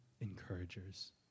encouragers